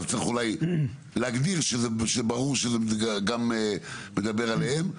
אז צריך אולי להגדיר שזה ברור שזה גם מדבר עליהם.